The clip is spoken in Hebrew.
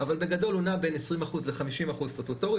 אבל בגדול הוא נע בין 20% ל-50% סטטוטורית.